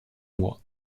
mois